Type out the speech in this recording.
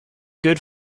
good